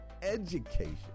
education